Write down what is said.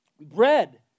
Bread